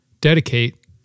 Dedicate